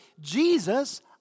Jesus